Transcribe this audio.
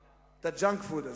את ה-junk food הזה.